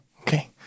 okay